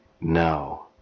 No